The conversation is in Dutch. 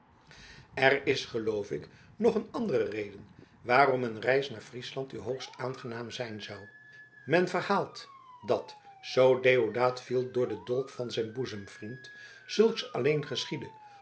er is geloof ik nog een andere reden waarom een reis naar friesland u hoogst aangenaam zijn zou men verhaalt dat zoo deodaat viel door den dolk van zijn boezemvriend zulks alleen